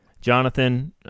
Jonathan